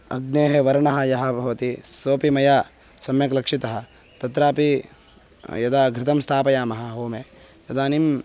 अग्नेः वर्णः यः भवति सोपि मया सम्यक् लक्षितः तत्रापि यदा घृतं स्थापयामः होमे तदानीम्